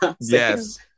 Yes